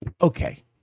Okay